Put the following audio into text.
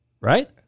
right